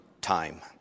time